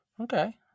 okay